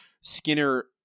Skinner